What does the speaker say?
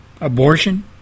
Abortion